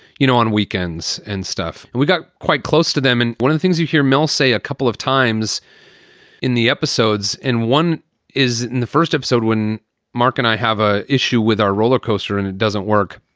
you know, on weekends and stuff. and we got quite close to them. and one of the things you hear mel say a couple of times in the episodes, and one is in the first episode when mark and i have an ah issue with our rollercoaster rollercoaster and it doesn't work.